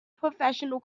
professional